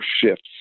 shifts